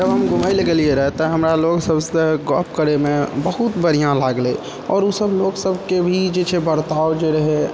जब हम घुमै लऽ गेल रहियै तऽ हमरा लोक सभसँ गप करैमे बहुत बढ़िआँ लागलै आओर ओ सभ लोक सभके भी जे छै बर्ताव जे रहै